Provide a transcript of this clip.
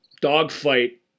dogfight